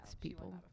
people